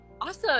awesome